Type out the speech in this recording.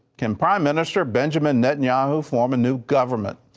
can prime minister benjamin netanyahu form a new government?